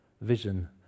vision